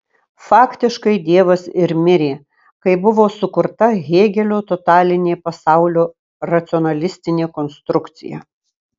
faktiškai dievas ir mirė kai buvo sukurta hėgelio totalinė pasaulio racionalistinė konstrukcija